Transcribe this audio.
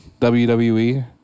WWE